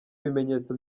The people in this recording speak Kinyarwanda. bimenyetso